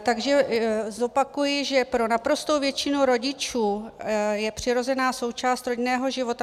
Takže zopakuji, že pro naprostou většinu rodičů je přirozená součást rodinného života.